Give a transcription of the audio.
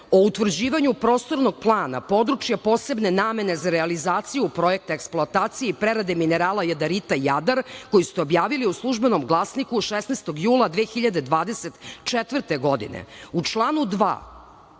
o utvrđivanju Prostornog plana područja posebne namene za realizaciju projekta o eksploataciji i preradi minerala jadarita "Jadar" koji ste objavili u "Službenom glasniku" 16. jula 2024. godine.U članu 2.